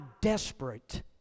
desperate